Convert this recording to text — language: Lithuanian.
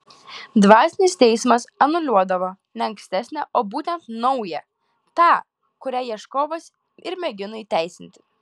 dvasinis teismas anuliuodavo ne ankstesnę o būtent naują tą kurią ieškovas ir mėgino įteisinti